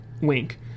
Wink